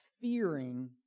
fearing